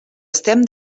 estem